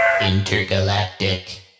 intergalactic